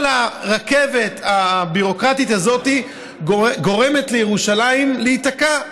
הרכבת הביורוקרטית הזאת גורמת לירושלים להיתקע,